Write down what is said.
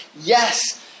yes